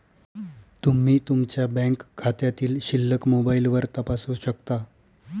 तुम्ही तुमच्या बँक खात्यातील शिल्लक मोबाईलवर तपासू शकता